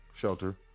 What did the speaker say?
shelter